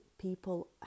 people